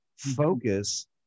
focus